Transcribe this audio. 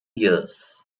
years